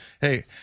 hey